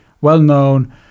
well-known